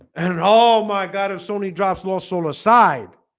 and and all my god if sony drops lost soul aside